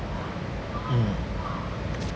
mm